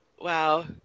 Wow